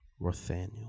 Rothaniel